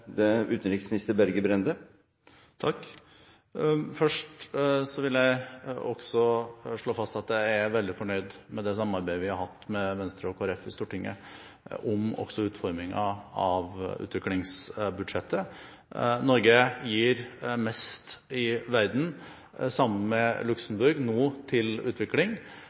Først vil jeg slå fast at jeg er veldig fornøyd med det samarbeidet vi har hatt med Venstre og Kristelig Folkeparti i Stortinget – også om utformingen av utviklingsbudsjettet. Norge gir nå, sammen med Luxemburg, mest i verden til utvikling. Dette må selvsagt henge sammen med